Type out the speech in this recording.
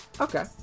Okay